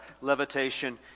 Levitation